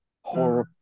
Horrible